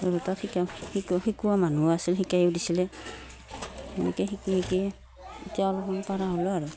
আৰু তাত শিকা শিকোৱা মানুহো আছিল শিকায়ো দিছিলে এনেকৈ শিকি শিকিয়ে এতিয়া অলপমান পৰা হ'ল আৰু